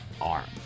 arm